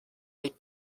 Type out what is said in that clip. les